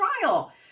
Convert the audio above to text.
trial